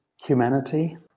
Humanity